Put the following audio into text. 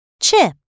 chip